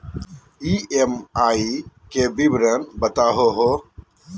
EMI के विवरण बताही हो?